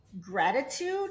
gratitude